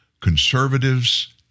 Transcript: conservatives